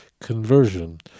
conversion